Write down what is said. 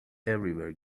everywhere